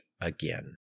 again